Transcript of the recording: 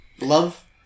love